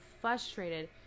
frustrated